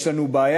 יש לנו בעיה,